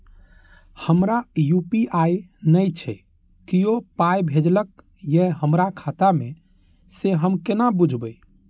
हमरा यू.पी.आई नय छै कियो पाय भेजलक यै हमरा खाता मे से हम केना बुझबै?